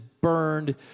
burned